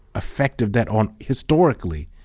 effect of that on, historically.